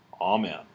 Amen